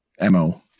MO